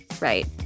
right